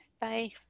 bye